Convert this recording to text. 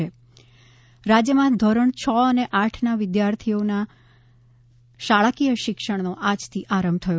ૈ રાજ્યમાં ધોરણ છ અને આઠનાં વિદ્યાર્થીઓનાં શાળાકીય શિક્ષણનો આજથી આરંભ થયો